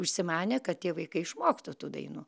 užsimanė kad tie vaikai išmoktų tų dainų